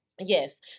yes